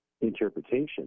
interpretation